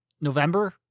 November